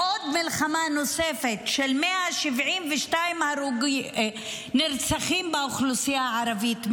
עוד מלחמה עם 172 נרצחים באוכלוסייה הערבית,